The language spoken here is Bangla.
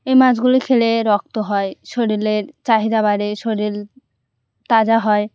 এই মাছগুলো খেলে রক্ত হয় শরীরের চাহিদা বাড়ে শরীর তাজা হয়